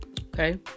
Okay